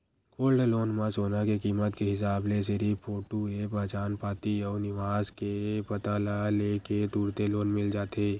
gold loan म सोना के कीमत के हिसाब ले सिरिफ फोटूए पहचान पाती अउ निवास के पता ल ले के तुरते लोन मिल जाथे